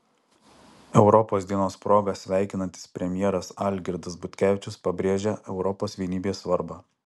europos dienos proga sveikinantis premjeras algirdas butkevičius pabrėžia europos vienybės svarbą